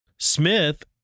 Smith